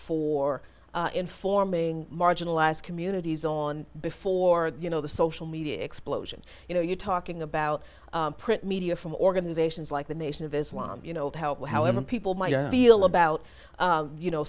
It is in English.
for informing marginalized communities on before the you know the social media explosion you know you're talking about print media from organizations like the nation of islam you know how however people might feel about you know